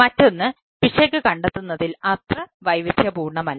മറ്റൊന്ന് പിശക് കണ്ടെത്തുന്നതിൽ അത്ര വൈവിധ്യപൂർണ്ണമല്ല